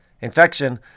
Infection